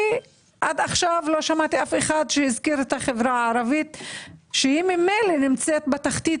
עד כה לא שמעתי אף אחד שהזכיר את החברה הערבית שממילא נמצאת בתחתית,